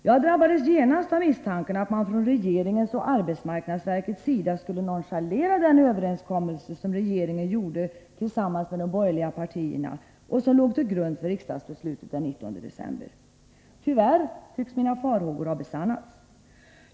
Jag greps genast av misstanken att man från regeringens och arbetsmarknadsverkets sida skulle nonchalera den överenskommelse som regeringen gjorde med de borgerliga partierna och som låg till grund för riksdagsbeslutet den 19 december. Tyvärr tycks mina farhågor ha besannats.